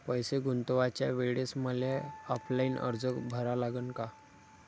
पैसे गुंतवाच्या वेळेसं मले ऑफलाईन अर्ज भरा लागन का?